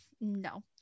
no